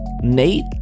Nate